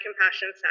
compassion